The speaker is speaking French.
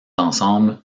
ensembles